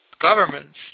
governments